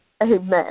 amen